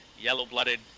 Yellow-blooded